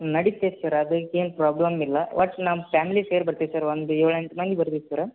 ನಡಿತೈತ sir ಅದಕ್ಕೇನು problem ಇಲ್ಲ ಒಟ್ಟು ನಮ್ಮ ಪ್ಯಾಮಿಲಿ ಸೇರಿ ಬರ್ತೀವಿ ಸರ್ ಒಂದು ಏಳು ಎಂಟು ಮಂದಿ ಬರ್ತೀವಿ ಸರ್ರ್